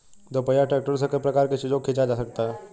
दोपहिया ट्रैक्टरों से कई प्रकार के चीजों को खींचा जा सकता है